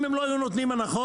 אם הם לא היו נותנים הנחות,